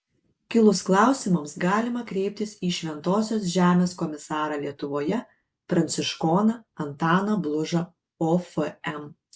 kilus klausimams galima kreiptis į šventosios žemės komisarą lietuvoje pranciškoną antaną blužą ofm